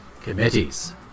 Committees